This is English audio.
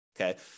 Okay